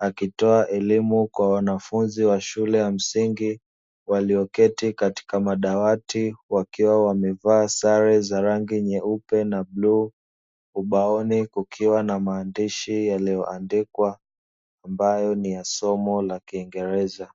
akitoa elimu kwa wanafunzi wa shule ya msingi walioketi katika madawati, wakiwa wamevaa sare za rangi nyeupe na bluu. Ubaoni kukiwa na maandishi yaliyoandikwa ambayo ni ya somo la kiingereza.